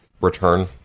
return